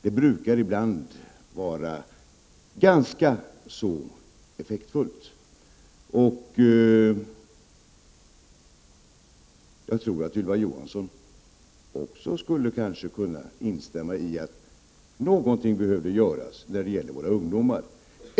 Det brukar ibland vara ganska effektfullt. Jag tror att Ylva Johansson också skulle kunna instämma i att någonting behöver göras när det gäller våra ungdomar.